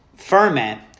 Ferment